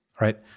right